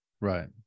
right